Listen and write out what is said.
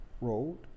road